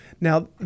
Now